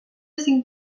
cinc